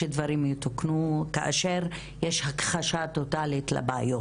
שדברים יתוקנו כאשר יש הכחשה טוטאלית לבעיות.